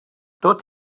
tot